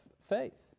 faith